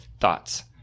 thoughts